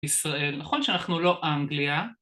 ישראל נכון שאנחנו לא אנגליה